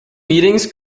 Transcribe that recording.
meetings